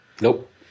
Nope